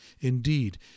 Indeed